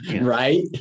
Right